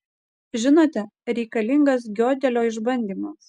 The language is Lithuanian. žinote reikalingas giodelio išbandymas